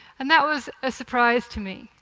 and that was a surprise to me.